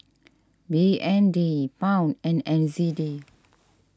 B N D Pound and N Z D